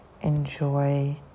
enjoy